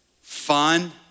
fun